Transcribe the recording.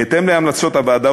בהתאם להמלצות הוועדה,